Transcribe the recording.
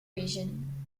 region